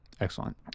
Excellent